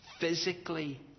physically